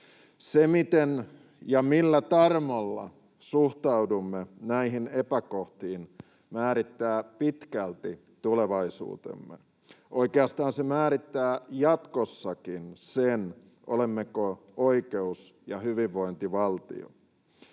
Se, miten ja millä tarmolla suhtaudumme näihin epäkohtiin, määrittää pitkälti tulevaisuutemme. Oikeastaan se määrittää jatkossakin sen, olemmeko oikeus- ja hyvinvointivaltio.